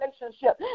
relationship